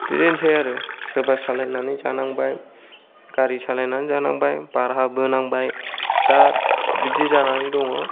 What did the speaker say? बिदिनोसै आरो सोरबा सालायनानै जानांबाय गारि सालायनानै जानांबाय बारहा बोनांबाय दा बिदि जानानै दङ